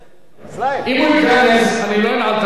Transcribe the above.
אם הוא ייכנס אני לא אנעל את הדיון.